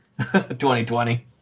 2020